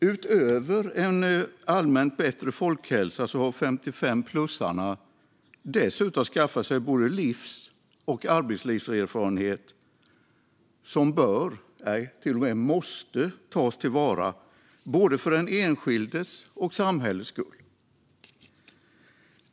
Utöver en allmänt bättre folkhälsa har 55-plussarna skaffat sig både livs och arbetslivserfarenhet som bör, till och med måste, tas till vara, både för den enskildes och för samhällets skull.